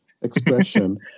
expression